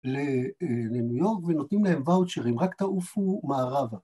לניו יורק, ונותנים להם וואוצ'רים, רק תעופו מערבה